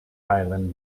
island